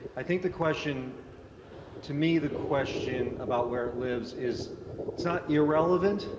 i think the question to me the question about where it lives is not irrelevant.